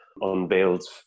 unveiled